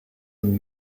und